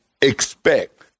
expect